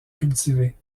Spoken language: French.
cultivés